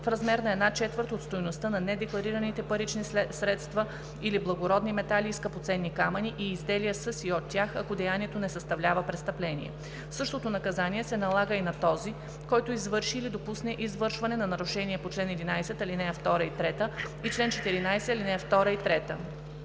в размер една четвърт от стойността на недекларираните парични средства или благородни метали и скъпоценни камъни и изделия със и от тях, ако деянието не съставлява престъпление. Същото наказание се налага и на този, който извърши или допусне извършване на нарушение по чл. 11, ал. 2 и 3 и чл. 14, ал. 2 и 3.“